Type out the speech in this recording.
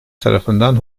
tarafından